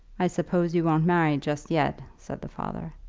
i suppose you won't marry just yet, said the father.